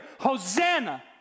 Hosanna